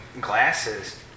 glasses